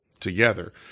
together